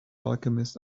alchemist